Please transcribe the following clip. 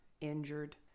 injured